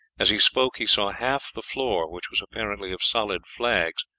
as he spoke he saw half the floor, which was apparently of solid flags,